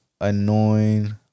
annoying